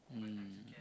mm